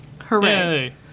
Hooray